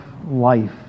Life